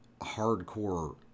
hardcore